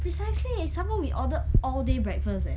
precisely and some more we ordered all day breakfast eh